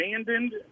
abandoned